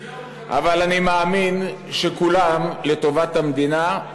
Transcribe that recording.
אבל אני מאמין שכולם לטובת המדינה,